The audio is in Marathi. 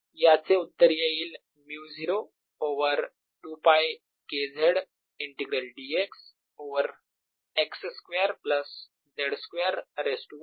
याचे उत्तर येईल μ0 over 2π K z integral dx over x square plus z square raise to 1